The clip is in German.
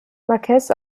marquess